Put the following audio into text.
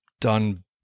done